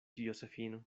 josefino